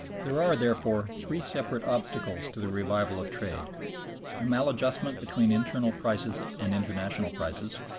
there are therefore three separate obstacles to the revival of trade a maladjustment between internal prices and international prices,